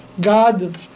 God